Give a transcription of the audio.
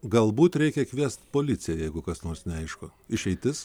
galbūt reikia kviest policiją jeigu kas nors neaišku išeitis